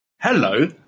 Hello